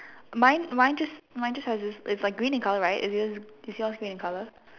mine mine just mine just has this is like green in colour right is yours green in colour